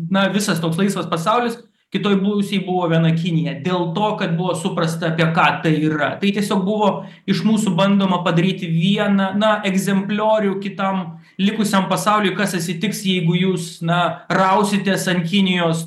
na visas toks laisvas pasaulis kitoj pusėj buvo viena kinija dėl to kad buvo suprasta apie ką tai yra tai tiesiog buvo iš mūsų bandoma padaryti vieną na egzempliorių kitam likusiam pasauliui kas atsitiks jeigu jūs na rausitės ant kinijos